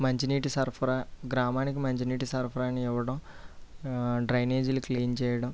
మంచినీటి సరఫరా గ్రామానికి మంచినీటి సరఫరాని ఇవ్వడం డ్రైనేజీలు క్లీన్ చేయడం